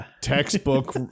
textbook